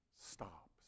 stops